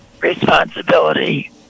responsibility